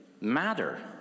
matter